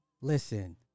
Listen